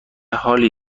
حالی